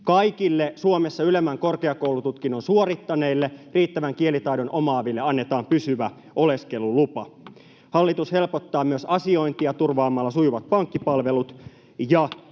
Kaikille Suomessa ylemmän korkeakoulututkinnon suorittaneille, riittävän kielitaidon omaaville annetaan pysyvä oleskelulupa. Hallitus helpottaa myös asiointia turvaamalla sujuvat pankkipalvelut, ja